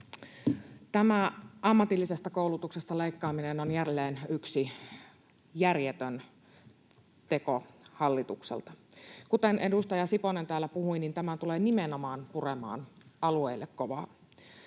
Tämä ammatillisesta koulutuksesta leikkaaminen on jälleen yksi järjetön teko hallitukselta. Kuten edustaja Siponen täällä puhui, tämä tulee nimenomaan puremaan alueille kovaa.